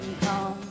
come